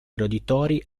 roditori